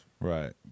Right